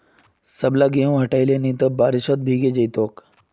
सबला गेहूं हटई ले नइ त बारिशत भीगे जई तोक